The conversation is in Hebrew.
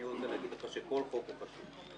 אני רוצה להגיד לך שכל חוק הוא חשוב.